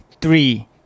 three